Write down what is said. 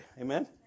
Amen